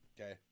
Okay